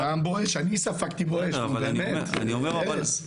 גם "בואש", אני ספגתי "בואש", נו באמת ארז.